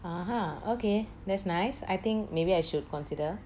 (uh huh) okay that's nice I think maybe I should consider